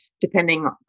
depending